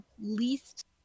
least